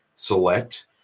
select